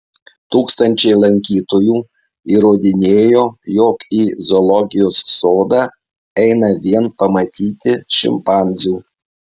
tūkstančiai lankytojų įrodinėjo jog į zoologijos sodą eina vien pamatyti šimpanzių